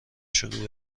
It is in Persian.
شروع